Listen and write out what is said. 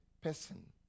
person